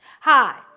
Hi